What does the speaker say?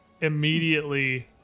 immediately